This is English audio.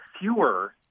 fewer